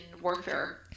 warfare